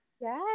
Yes